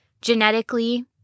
genetically